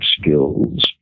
skills